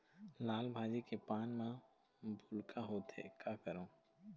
लाल भाजी के पान म भूलका होवथे, का करों?